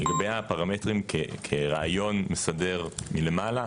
לגבי הפרמטרים כרעיון מסדר מלמעלה,